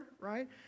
right